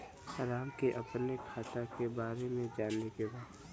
राम के अपने खाता के बारे मे जाने के बा?